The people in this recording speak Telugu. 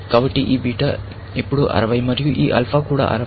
కాబట్టి ఈ బీటా ఇప్పుడు 60 మరియు ఈ ఆల్ఫా కూడా 60